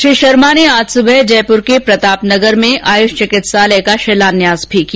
श्री शर्मा ने आज सुबह जयपुर के प्रताप नगर में आयुष चिकित्सालय का शिलान्यास भी किया